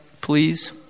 please